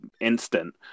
instant